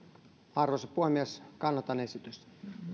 arvoisa puhemies kannatan esitystä